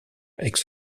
aix